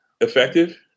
effective